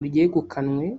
ryegukanywe